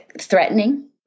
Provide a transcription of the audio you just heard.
threatening